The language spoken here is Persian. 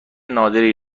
نادری